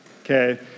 Okay